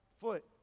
foot